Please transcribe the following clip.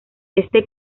este